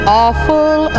awful